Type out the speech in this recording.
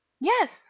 Yes